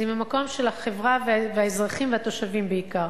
זה ממקום של החברה והאזרחים והתושבים בעיקר.